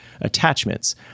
attachments